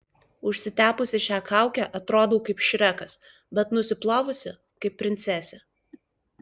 užsitepusi šią kaukę atrodau kaip šrekas bet nusiplovusi kaip princesė